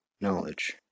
knowledge